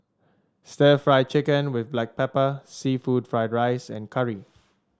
stir Fry Chicken with Black Pepper seafood Fried Rice and curry